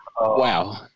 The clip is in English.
Wow